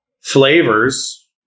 flavors